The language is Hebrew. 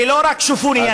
ולא רק: שופוני,